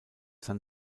san